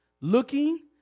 looking